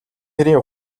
хэрийн